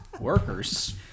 workers